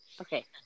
Okay